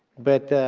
but